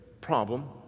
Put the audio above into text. problem